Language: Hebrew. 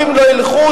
ההצעה,